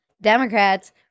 Democrats